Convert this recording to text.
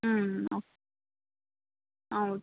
ಹ್ಞೂ ಹೌದು